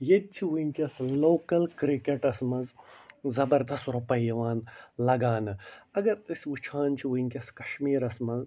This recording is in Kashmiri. ییٚتہِ چھِ وُنٛکیٚس لوکل کِرکٹس منٛز زبردست رۄپَے یِوان لگاونہٕ اگر أسۍ وُچھان چھِ وُنٛکیٚس کشمیٖرس منٛز